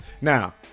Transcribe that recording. Now